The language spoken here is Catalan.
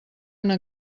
una